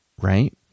right